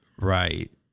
Right